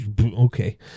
okay